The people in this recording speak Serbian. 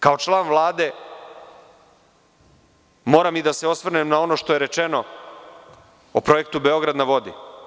Kao član Vlade, moram da se osvrnem na ono što je rečeno o projektu Beograd na vodi.